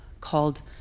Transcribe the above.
called